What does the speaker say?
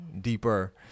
deeper